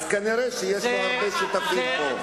אז כנראה יש לו הרבה שותפים פה.